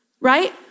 right